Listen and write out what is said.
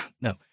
No